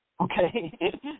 Okay